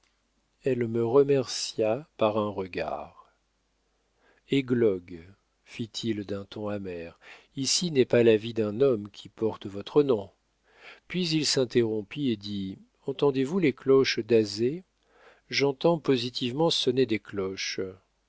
elle me remercia par un regard églogue fit-il d'un ton amer ici n'est pas la vie d'un homme qui porte votre nom puis il s'interrompit et dit entendez-vous les cloches d'azay j'entends positivement sonner des cloches